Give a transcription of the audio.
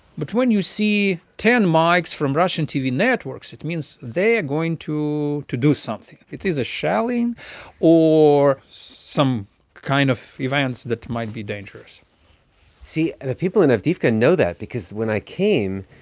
but when you see ten mics from russian tv networks, it means they're ah going to to do something. it is a shelling or some kind of event that might be dangerous see, the people in avdiivka know that because when i came,